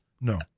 No